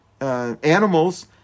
Animals